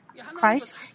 Christ